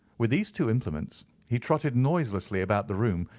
with these two implements he trotted noiselessly about the room,